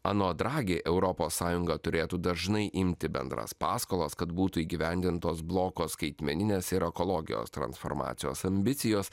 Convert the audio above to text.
anot dragi europos sąjunga turėtų dažnai imti bendras paskolas kad būtų įgyvendintos bloko skaitmeninės ir ekologijos transformacijos ambicijos